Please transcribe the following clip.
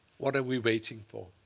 what are we waiting for?